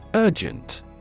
Urgent